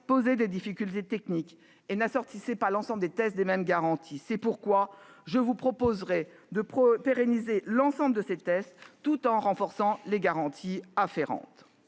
posait des difficultés techniques et n'assortissait pas l'ensemble des tests des mêmes garanties. C'est pourquoi je vous proposerai de pérenniser l'ensemble de ces tests tout en renforçant les garanties afférentes.